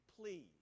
please